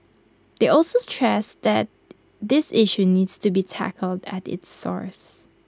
they also stressed that this issue needs to be tackled at its source